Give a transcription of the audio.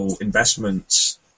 investments